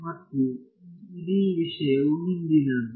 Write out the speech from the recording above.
ಮತ್ತು ಈ ಇಡೀ ವಿಷಯವು ಹಿಂದಿನದು